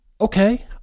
okay